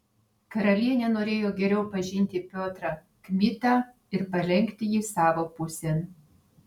karalienė norėjo geriau pažinti piotrą kmitą ir palenkti jį savo pusėn